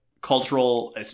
cultural